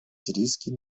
сирийский